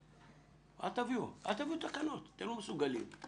אל תביאו תקנות אם אתם לא מסוגלים.